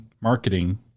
marketing